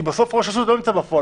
כי בסוף ראש הרשות לא נמצא בפועל,